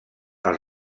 els